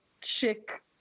chick